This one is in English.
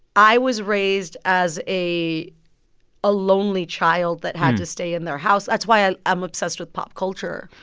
i was raised as a ah lonely child that had to stay in their house. that's why i'm i'm obsessed with pop culture,